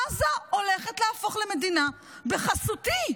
עזה הולכת להפוך למדינה בחסותי,